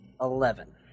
Eleven